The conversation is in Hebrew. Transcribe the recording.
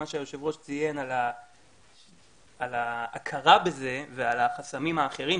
מה שיושב הראש ציין על ההכרה בזה ועל החסמים האחרים,